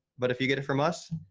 but if you get it from us,